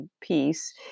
piece